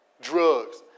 drugs